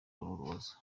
urubozo